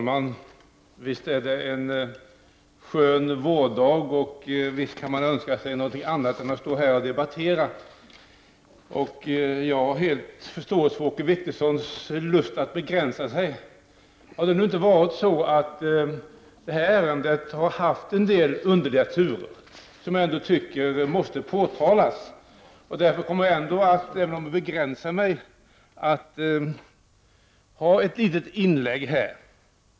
Herr talman! Det är en skön vårdag och visst kan man önska sig någonting annat än att stå här och debattera. Jag har full förståelse för Åke Wictorssons lust att begränsa sig. Detta ärende har föregåtts av en del underliga turer som jag anser måste påtalas. Därför kommer jag ändå att göra ett litet inlägg.